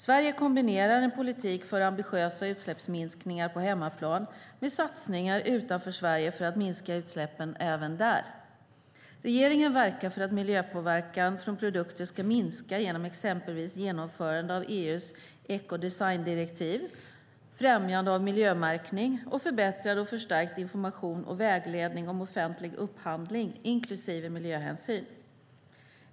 Sverige kombinerar en politik för ambitiösa utsläppsminskningar på hemmaplan med satsningar utanför Sverige för att minska utsläppen även där. Regeringen verkar för att miljöpåverkan från produkter ska minska genom exempelvis genomförande av EU:s ekodesigndirektiv, främjande av miljömärkning och förbättrad och förstärkt information och vägledning om offentlig upphandling inklusive miljöhänsyn.